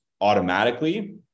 automatically